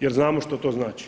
jer znamo što to znači.